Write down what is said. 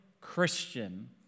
Christian